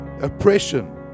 oppression